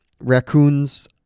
raccoons